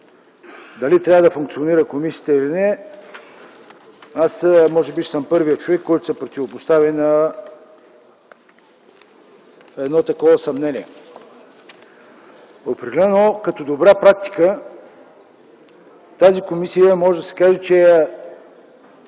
дали трябва да функционира комисията или не, аз може би ще съм първият човек, който ще се противопостави на едно такова съмнение. Определено като добра практика може да се каже, че